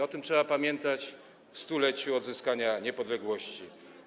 O tym trzeba pamiętać w 100-lecie odzyskania niepodległości.